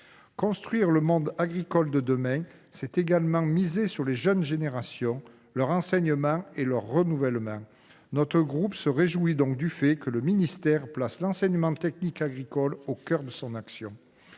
Construire le modèle agricole de demain, c’est également miser sur les jeunes, l’enseignement et le renouvellement des générations. Notre groupe se réjouit donc que le ministère place l’enseignement technique agricole au cœur de son action.